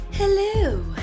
Hello